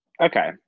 okay